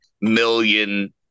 million